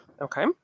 Okay